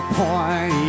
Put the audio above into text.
point